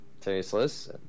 tasteless